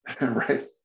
Right